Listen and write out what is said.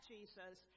Jesus